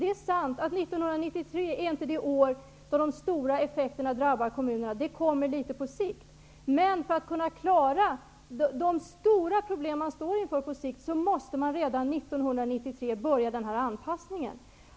Visst är det sant att 1993 inte är det år då de stora effekterna drabbar kommunerna. De kommer på litet längre sikt, men för att klara de stora problem som man står inför på sikt måste man redan 1993 börja anpassningen.